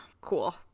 cool